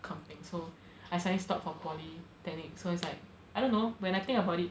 accounting so I suddenly stop for polytechnic so it's like I don't know when I think about it